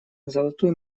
золотую